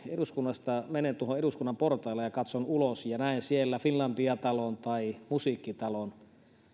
eduskunnasta menen tuohon eduskunnan portaille ja katson ulos näen siellä finlandia talon tai musiikkitalon